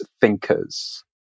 thinkers